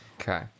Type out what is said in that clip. Okay